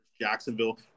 Jacksonville